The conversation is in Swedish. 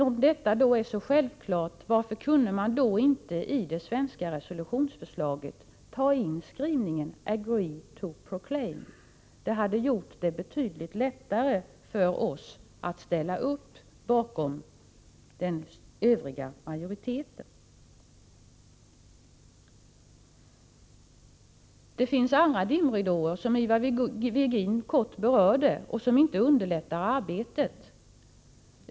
Om detta är så självklart, varför kunde man då inte i det svenska resolutionsförslaget ta in skrivningen agree to proclaim? Det hade gjort det betydligt lättare för oss att ställa upp bakom den övriga majoriteten. Det finns andra dimridåer, som Ivar Virgin kort berörde, vilka inte underlättar arbetet.